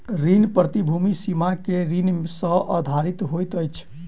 ऋण प्रतिभूति के सीमा ऋण सॅ आधारित होइत अछि